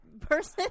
person